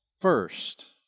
first